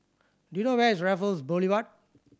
do you know where is Raffles Boulevard